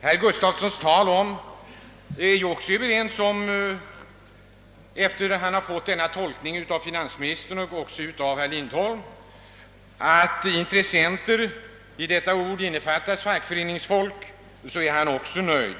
Herr Gustafsson i Uddevalla har förklarat att när vi nu har fått den tolkningen av finansministern och också av herr Lindholm, att i ordet »intressenter» inbegripes även fackföreningsfolk, så är han också nöjd.